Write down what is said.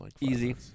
Easy